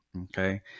okay